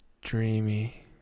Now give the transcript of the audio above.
dreamy